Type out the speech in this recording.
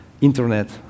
internet